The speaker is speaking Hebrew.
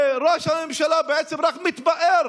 וראש הממשלה בעצם רק מתפאר